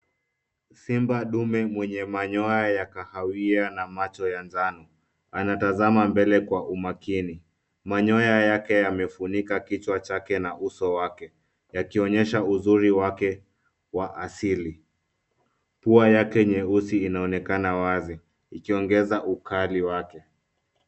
Simba dume mwenye manyoya ya kahawia na macho ya njano anatazama mbele kwa umakini. Manyoya yake yamefunika kichwa chake na uso wake yakionyesha uzuri wake wa asili. Pua yake nyeusi inaonekana wazi ikiongeza ukali wake.